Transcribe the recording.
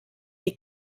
est